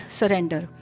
surrender